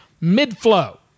mid-flow